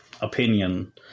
opinion